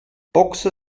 boxer